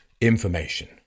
information